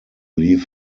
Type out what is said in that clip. leave